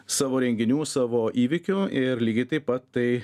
savo renginių savo įvykių ir lygiai taip pat tai